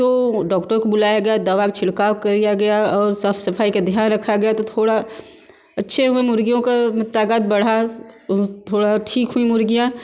तो डॉक्टर को बुलाया गया दवा छिड़काव किया गया और साफ़ सफाई का ध्यान रखा गया तो थोड़ा अच्छे व मुर्गियों का तादात बढ़ा थोड़ा ठीक हुई मुर्गियाँ